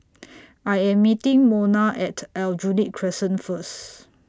I Am meeting Mona At Aljunied Crescent First